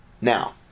Now